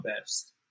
best